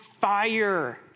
fire